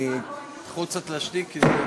אתה יכול קצת להשתיק?